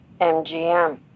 MGM